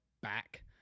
back